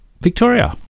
Victoria